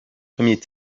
premier